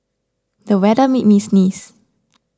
the weather made me sneeze